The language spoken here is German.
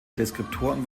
deskriptoren